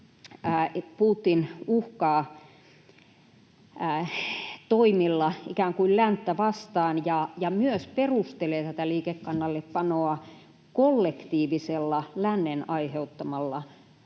kuin uhkaa toimilla länttä ja myös perustelee tätä liikekannallepanoa kollektiivisella lännen aiheuttamalla